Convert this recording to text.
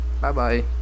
Bye-bye